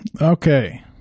Okay